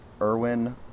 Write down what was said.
Irwin